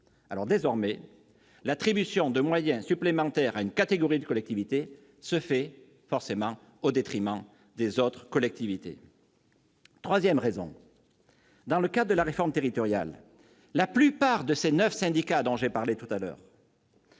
Ainsi, désormais, l'attribution de moyens supplémentaires à une catégorie de collectivités se fait au détriment des autres collectivités. Troisième raison : dans le cadre de la réforme territoriale, la plupart des neuf communautés d'agglomération dont j'ai parlé tout à l'heure